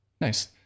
Nice